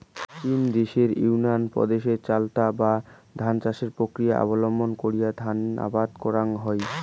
চীন দ্যাশের ইউনান প্রদেশত চাতাল বা ধাপ চাষবাস প্রক্রিয়া অবলম্বন করি ধান আবাদ করাং হই